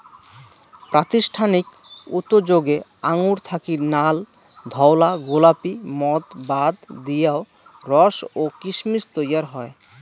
প্রাতিষ্ঠানিক উতোযোগে আঙুর থাকি নাল, ধওলা, গোলাপী মদ বাদ দিয়াও রস ও কিসমিস তৈয়ার হয়